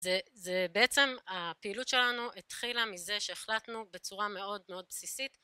זה, זה בעצם הפעילות שלנו התחילה מזה שהחלטנו בצורה מאוד מאוד בסיסית